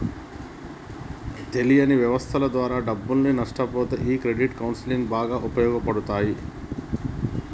తెలియని వ్యవస్థల ద్వారా డబ్బుల్ని నష్టపొతే ఈ క్రెడిట్ కౌన్సిలింగ్ బాగా ఉపయోగపడతాయి